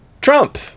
trump